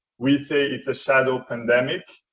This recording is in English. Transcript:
we say it's a shadow pandemic,